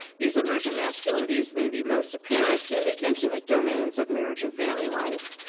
these emergent masculinities may be most apparent in the intimate domains of marriage and family life.